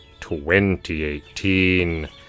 2018